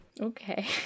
okay